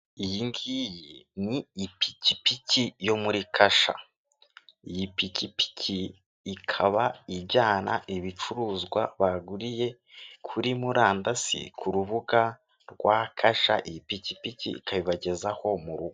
Iyi ngiyi ni ipikipiki yo muri kasha iyipikipiki ikaba ijyana ibicuruzwa baguriye kuri murandasi ku rubuga rwa kasha ipikipiki ikayibagezaho mu rugo.